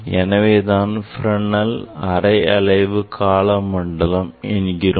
எனவேதான் இவற்றை Fresnel அரை அலைவு கால மண்டலம் என்கிறோம்